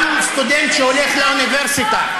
גם סטודנט שהולך לאוניברסיטה,